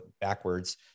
backwards